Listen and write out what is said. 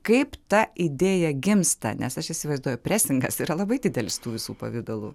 kaip ta idėja gimsta nes aš įsivaizduoju presingas yra labai didelis tų visų pavidalų